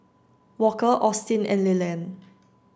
walker Austin and Leland